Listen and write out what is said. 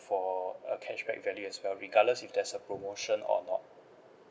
for a cashback value as well regardless if there's a promotion or not